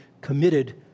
committed